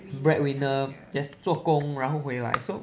breadwinner just 做工然后回来 so